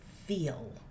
Feel